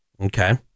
Okay